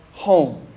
Home